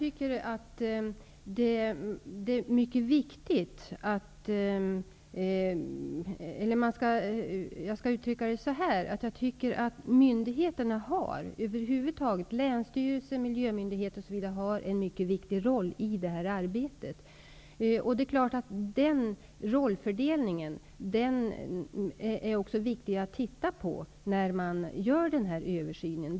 Fru talman! Jag tycker att myndigheter -- länsstyrelser, miljömyndigheter osv. -- över huvud taget spelar en mycket viktig roll i det här arbetet. Det är naturligtvis också mycket viktigt att se på rollfördelningen när man gör översynen.